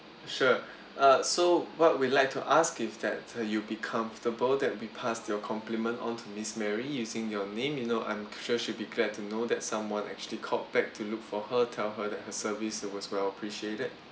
sure uh so what we'd like to ask if that uh you'll be comfortable that we pass your compliment on to miss mary using your name you know I'm sure she'd be glad to know that someone actually called back to look for her tell her that her service was well appreciated